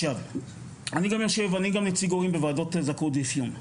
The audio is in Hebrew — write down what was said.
אני גם נציג הורים בוועדות זכאות ואפיו.